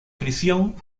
prisión